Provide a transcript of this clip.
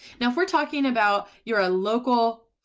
now if we are talking about your a local,